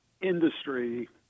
industry